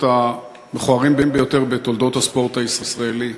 המכוערים ביותר בתולדות הספורט הישראלי,